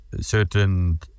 certain